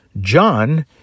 John